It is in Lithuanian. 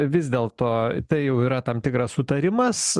vis dėlto tai jau yra tam tikras sutarimas